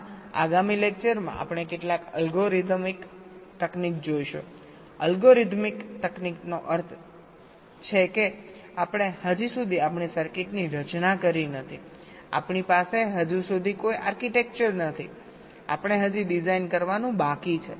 આપણાં આગામી લેકચરમાં આપણે કેટલીક અલ્ગોરિધમિક તકનીક જોઈશું અલ્ગોરિધમિક તકનીકનો અર્થ છે કે આપણે હજી સુધી આપણી સર્કિટની રચના કરી નથી આપણી પાસે હજી સુધી કોઈ આર્કિટેક્ચર નથી આપણે હજી ડિઝાઇન કરવાનું બાકી છે